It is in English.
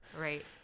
right